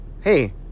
Hey